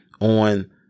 on